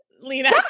Lena